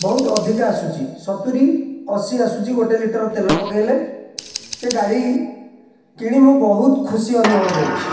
ବହୁତ ଅଧିକ ଆସୁଛି ସତୁରି ଅଶି ଆସୁଛି ଗୋଟିଏ ଲିଟର ତେଲ ପକାଇଲେ ସେ ଗାଡ଼ି କିଣି ମୁଁ ବହୁତ ଖୁସି ଅନୁଭବ କରୁଛି